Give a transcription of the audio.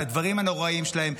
על הדברים הנוראיים שלהם.